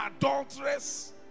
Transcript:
adulteress